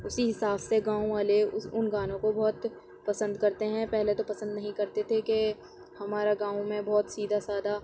اسی حساب سے گاؤں والے اس ان گانوں کو بہت پسند کرتے ہیں پہلے تو پسند نہیں کرتے تھے کہ ہمارا گاؤں میں بہت سیدھا سادہ